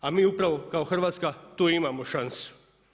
A mi upravo kao Hrvatska tu imamo šansu.